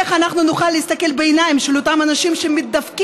איך אנחנו נוכל להסתכל בעיניים של אותם אנשים שמתדפקים